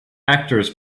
actors